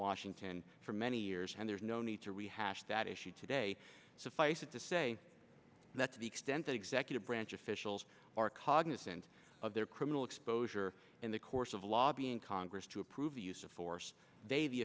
washington for many years and there's no need to rehash that issue today so face it to say that to the extent that executive branch officials are cognizant of their criminal exposure in the course of lobbying congress to approve the use of force